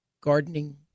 gardening